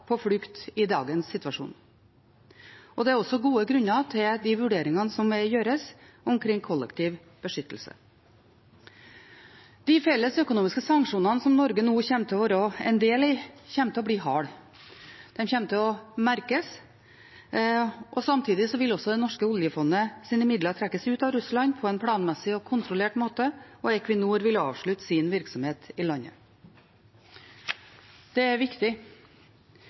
på flukt i dagens situasjon. Det er også gode grunner til de vurderingene som gjøres omkring kollektiv beskyttelse. De felles økonomiske sanksjonene som Norge nå kommer til å være en del av, kommer til å bli harde. De kommer til å merkes. Samtidig vil også det norske oljefondets midler trekkes ut av Russland på en planmessig og kontrollert måte, og Equinor vil avslutte sin virksomhet i landet. Det er viktig.